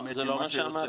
זה לא מה שאמרתי.